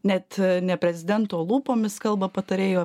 net ne prezidento lūpomis kalba patarėjai o